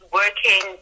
working